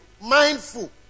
Mindful